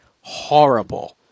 horrible